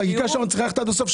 החקיקה שלנו צריכה ללכת עד הסוף.